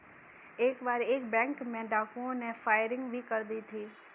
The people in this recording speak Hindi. एक बार एक बैंक में डाकुओं ने फायरिंग भी कर दी थी